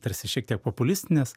tarsi šiek tiek populistinės